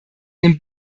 den